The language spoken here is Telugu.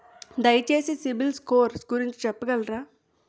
దయచేసి సిబిల్ స్కోర్ గురించి చెప్పగలరా?